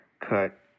cut